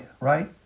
right